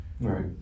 Right